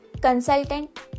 consultant